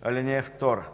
(2)